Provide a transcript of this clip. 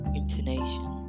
intonation